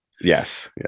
Yes